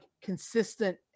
consistent